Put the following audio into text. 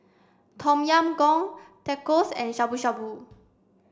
Tom Yam Goong Tacos and Shabu shabu